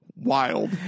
Wild